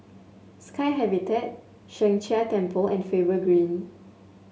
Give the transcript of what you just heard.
Sky Habitat Sheng Jia Temple and Faber Green